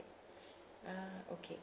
ah okay